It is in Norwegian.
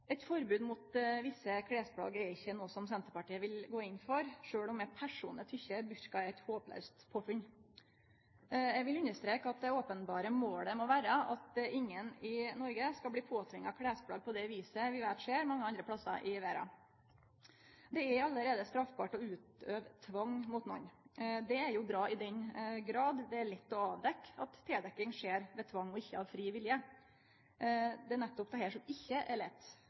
Eit forbod mot visse klesplagg er ikkje noko som Senterpartiet vil gå inn for, sjølv om eg personleg tykkjer burka er eit håplaust påfunn. Eg vil understreke at det openberre målet må vere at ingen i Noreg skal bli påtvinga klesplagg på det viset vi veit skjer mange andre plassar i verda. Det er allereie straffbart å utøve tvang mot nokon. Det er bra i den grad det er lett å avdekkje at tildekking skjer med tvang og ikkje av fri vilje. Det er nettopp dette som ikkje er lett.